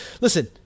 listen